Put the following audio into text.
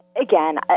Again